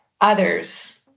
others